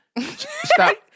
stop